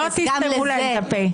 לא תסתמו להם את הפה.